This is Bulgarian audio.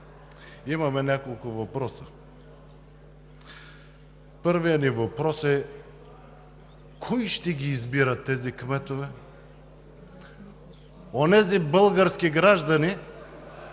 Имаме няколко въпроса. Първият ни въпрос е: кой ще ги избира тези кметове, онези български граждани,